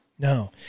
No